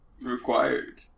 Required